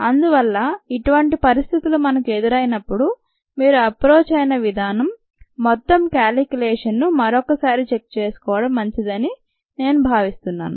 అందువల్ల ఇటువంటి పరిస్థితులు మనకు ఎదురైనప్పుడు మీరు అప్రోచ్ అయిన విధానం మొత్తం క్యాలిక్యులేషన్ను మరోసారి చెక్చేసుకోవడం మంచిదని నేను భావిస్తున్నాను